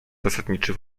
zasadniczy